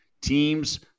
teams